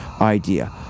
idea